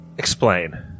explain